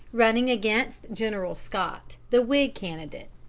running against general scott, the whig candidate.